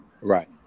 Right